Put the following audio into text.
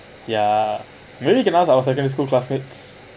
ya maybe we can ask our secondary school classmates